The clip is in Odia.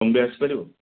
ତୁମେ ବି ଆସିପାରିବ